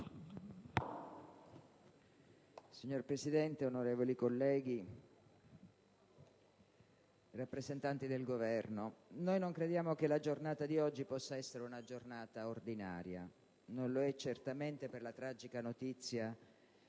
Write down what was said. Signor Presidente, onorevoli colleghi, rappresentanti del Governo, non crediamo che la giornata di oggi possa essere una giornata ordinaria. Non lo è certamente per la tragica notizia